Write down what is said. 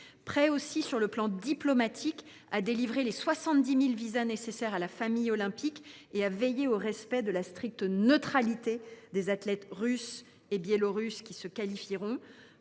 prêts, sur le plan diplomatique, à délivrer les 70 000 visas nécessaires à la famille olympique et à veiller au respect de la stricte neutralité des athlètes russes et biélorusses qui concourront,